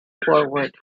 forward